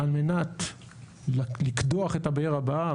על מנת לקדוח את הבאר הבאה,